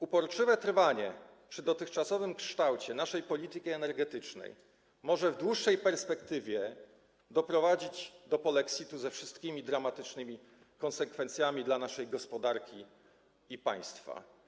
Uporczywe trwanie przy dotychczasowym kształcie naszej polityki energetycznej może w dłuższej perspektywie doprowadzić do polexitu, ze wszystkimi dramatycznymi konsekwencjami tego dla naszej gospodarki i państwa.